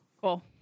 Cool